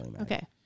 Okay